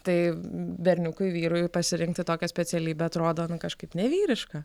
tai berniukui vyrui pasirinkti tokią specialybę atrodo kažkaip nevyriška